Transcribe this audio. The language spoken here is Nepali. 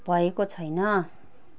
भएको छैन